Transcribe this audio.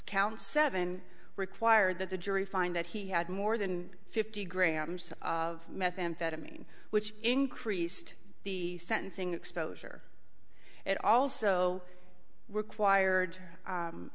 count seven required that the jury find that he had more than fifty grams of methamphetamine which increased the sentencing exposure it also required